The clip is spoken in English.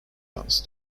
guns